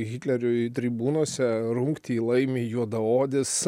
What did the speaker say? hitleriui tribūnose rungtį laimi juodaodis